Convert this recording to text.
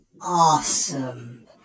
awesome